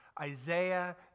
Isaiah